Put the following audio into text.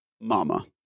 mama